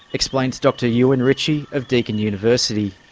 explains dr euan ritchie of deakin university.